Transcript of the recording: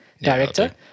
director